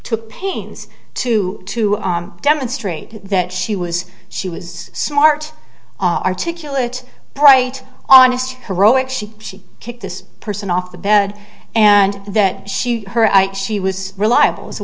took pains to to demonstrate that she was she was smart articulate bright honest heroic she she kicked this person off the bed and that she her she was reliable as a